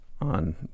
on